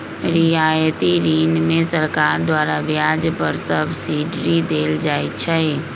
रियायती ऋण में सरकार द्वारा ब्याज पर सब्सिडी देल जाइ छइ